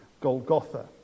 Golgotha